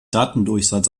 datendurchsatz